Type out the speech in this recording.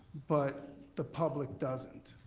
but the public doesn't.